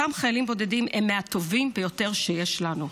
אותם חיילים בודדים הם מהטובים ביותר שיש לנו.